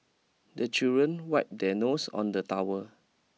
the children wipe their nose on the towel